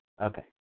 Okay